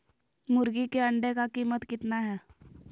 मुर्गी के अंडे का कीमत कितना है?